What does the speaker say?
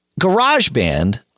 GarageBand